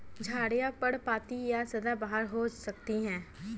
झाड़ियाँ पर्णपाती या सदाबहार हो सकती हैं